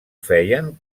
feien